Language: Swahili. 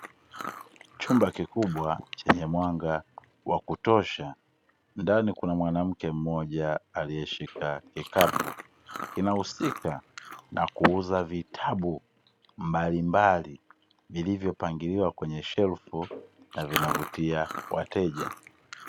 Chumba kikubwa chenye mwanga wa kutosha, ndani kuna mwanamke mmoja aliyeshika kikapu. Kinahusika na kuuza vitabu mbalimbali vilivyopangiliwa kwenye shelfu na vinavutia wateja.